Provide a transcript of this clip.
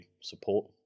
support